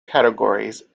categories